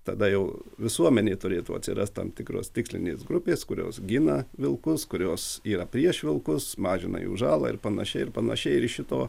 tada jau visuomenėj turėtų atsirast tam tikros tikslinės grupės kurios gina vilkus kurios yra prieš vilkus mažina jų žalą ir panašiai ir panašiai ir iš šito